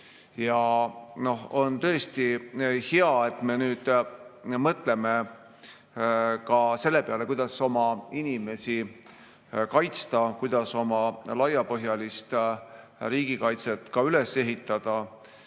On tõesti hea, et me nüüd mõtleme ka selle peale, kuidas oma inimesi kaitsta, kuidas oma laiapõhjalist riigikaitset üles ehitada.